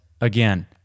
again